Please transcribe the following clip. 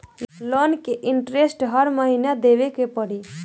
Loan के interest हर महीना देवे के पड़ी?